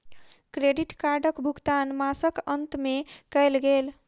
credit कार्डक भुगतान मासक अंत में कयल गेल